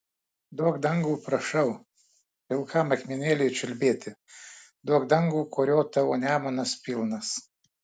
duok dangų prašau pilkam akmenėliui čiulbėti duok dangų kurio tavo nemunas pilnas